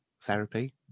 therapy